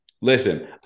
Listen